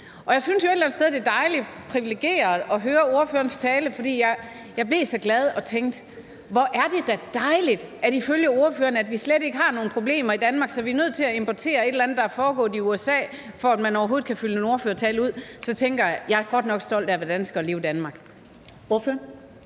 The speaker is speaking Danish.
Jeg synes jo et eller andet sted, det er dejligt og privilegeret at høre ordførerens tale, for jeg blev så glad og tænkte: Hvor er det da dejligt, at vi ifølge ordføreren slet ikke har nogen problemer i Danmark, så vi er nødt til at importere et eller andet, der er foregået i USA, for at man overhovedet kan fylde en ordførertale ud. Så tænker jeg, at jeg godt nok er stolt af at være dansker og leve i Danmark. Kl.